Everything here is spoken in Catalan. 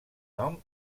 nom